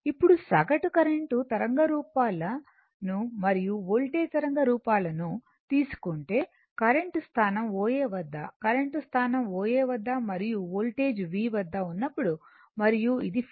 ఇప్పుడు సగటు కరెంట్ తరంగ రూపాల ను మరియు వోల్టేజ్ తరంగ రూపాల ను తీసుకుంటే కరెంట్ స్థానం O A వద్ద కరెంట్ స్థానం OA వద్ద మరియు వోల్టేజ్ V వద్ద ఉన్నప్పుడు మరియు ఇది ϕ